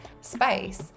space